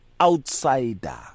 outsider